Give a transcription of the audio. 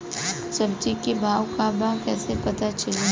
सब्जी के भाव का बा कैसे पता चली?